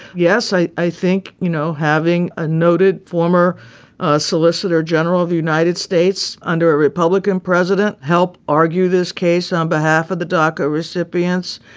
yes, i i think, you know, having a noted former solicitor general of the united states under a republican president help argue this case on behalf of the doca recipients,